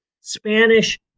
Spanish